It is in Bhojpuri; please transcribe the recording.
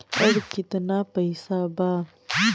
अब कितना पैसा बा?